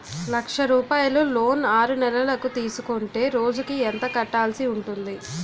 లక్ష రూపాయలు లోన్ ఆరునెలల కు తీసుకుంటే రోజుకి ఎంత కట్టాల్సి ఉంటాది?